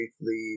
briefly